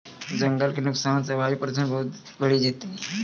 जंगल के नुकसान सॅ वायु प्रदूषण बहुत बढ़ी जैतै